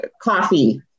coffee